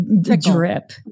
drip